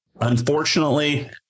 Unfortunately